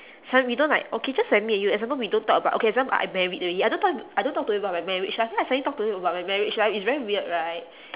suddenly we don't like okay just admit you example we don't talk about okay example I married already I don't talk I don't talk to you about my marriage I feel like suddenly talk to you about my marriage right is very weird right